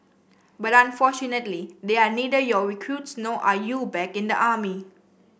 but unfortunately they are neither your recruits nor are you back in the army